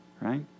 right